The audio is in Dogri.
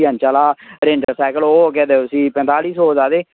ते जेह्ड़ा बड्डा सैकल ऐ जेह्ड़ा चौह्बी ऐंच आह्ला ओह् केह् आखदे उसी पंताली सौ दा ते